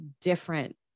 different